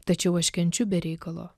tačiau aš kenčiu be reikalo